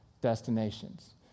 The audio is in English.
destinations